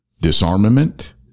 disarmament